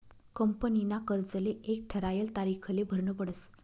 कंपनीना कर्जले एक ठरायल तारीखले भरनं पडस